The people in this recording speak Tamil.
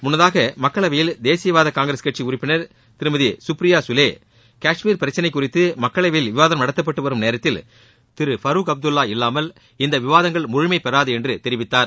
முன்னதாக மக்களவையில் தேசியவாத காங்கிரஸ் கட்சி உறுப்பினர் திருமதி கட்ரியா கலே காஷ்மீர் பிரக்கனை குறித்து மக்களவையில் விவாதம் நடத்தப்பட்டு வரும் நேரத்தில் திரு ஃபருக் அப்துல்லா இல்லாமல் இந்த விவாதங்கள் முழுமைபெறாது என்று தெரிவித்தார்